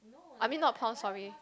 I mean not pound sorry